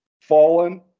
Fallen